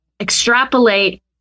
extrapolate